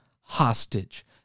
hostage